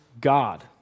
God